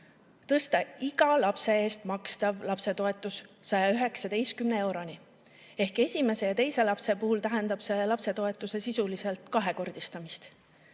tõsta iga lapse eest makstav lapsetoetus 119 euroni – esimese ja teise lapse puhul tähendab see lapsetoetuse sisuliselt kahekordistamist